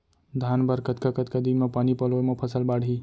धान बर कतका कतका दिन म पानी पलोय म फसल बाड़ही?